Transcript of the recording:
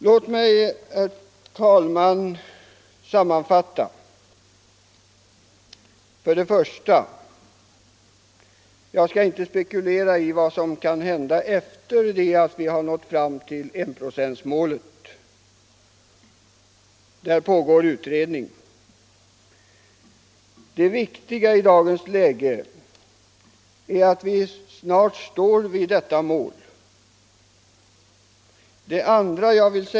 Låt mig, herr talman, sammanfatta: I. Jag skall inte spekulera i vad som kan hända efter det att vi nått fram till enprocentsmålet. Därom pågår utredning. Det viktiga i dagens läge är att vi snart står vid detta mål. 2.